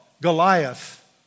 Goliath